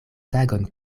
tagon